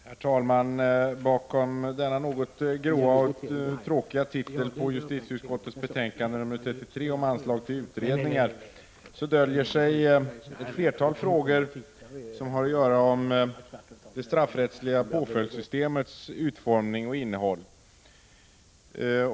Herr talman! Bakom denna något gråa och tråkiga titel på justitieutskottets betänkande nr 33 döljer sig ett flertal frågor som har att göra med det straffrättsliga påföljdssystemets utformning och innehåll.